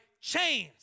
chains